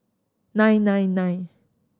nine nine nine